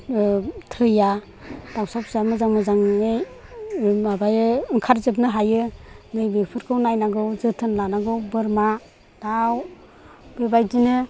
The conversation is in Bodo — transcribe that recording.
थैया दाउसा फिसाया मोजां मोजाङै माबायो ओंखारजोबनो हायो नैबेफोरखौ नायनांगौ जोथोन लानांगौ बोरमा दाउ बेबादिनो